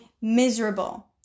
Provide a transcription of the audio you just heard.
miserable